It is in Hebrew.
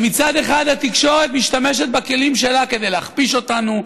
שמצד אחד התקשורת משתמשת בכלים שלה כדי להכפיש אותנו,